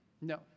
No